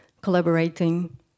collaborating